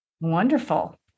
Wonderful